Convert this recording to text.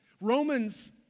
Romans